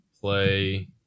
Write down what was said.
play